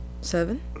Seven